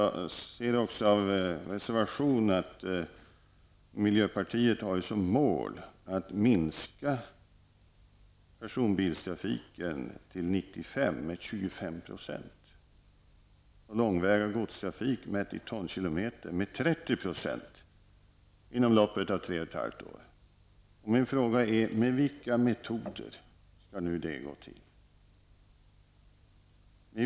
Jag ser också av reservationerna att miljöpartiet har som mål att minska personbilstrafiken med 25 % och den långväga godstrafiken, räknat i tonkilometer, med 30 % till år 1995, dvs. inom loppet av 3,5 år. Med vilka metoder skall detta gå till?